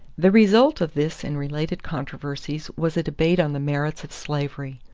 the result of this and related controversies was a debate on the merits of slavery.